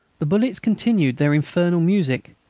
the bullets continued their infernal music,